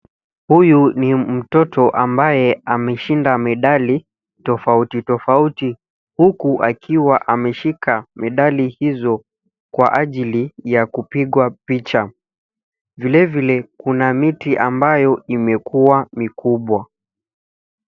Huyu ni mtoto ambaye ameshinda medali tofautitofauti, huku akiwa ameshika medali hizo kwa ajili ya kupigwa picha. Vile vile kuna miti ambayo imekuwa mikubwa.